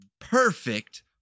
perfect